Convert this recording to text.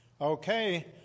okay